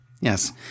yes